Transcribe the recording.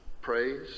praise